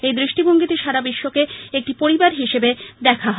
এই দৃষ্টিভঙ্গিতে সারা বিশ্বকে একটি পরিবার হিসেবে দেখা হয়